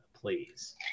please